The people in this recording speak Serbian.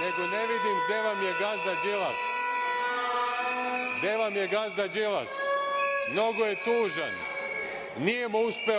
Nego, ne vidim gde vam je gazda Đilas. Gde vam je gazda Đilas. Mnogo je tužan. Nije mu uspeo